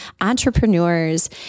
entrepreneurs